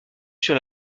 sur